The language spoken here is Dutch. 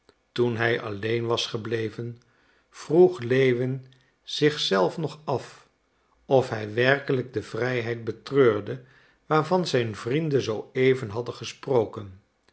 toen hij alleen was gebleven vroeg lewin zich zelf nog af of hij werkelijk de vrijheid betreurde waarvan zijn vrienden zooeven hadden gesproken